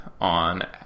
on